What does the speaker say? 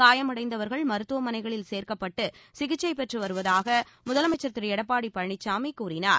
காயமடைந்தவர்கள் மருத்துவமனைகளில் சேர்க்கப்பட்டு சிகிச்சை பெற்று வருவதாக முதலமைச்சர் திரு எடப்பாடி பழனிசாமி கூறினார்